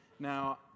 Now